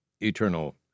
eternal